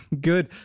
Good